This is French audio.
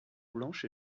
blanche